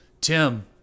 Tim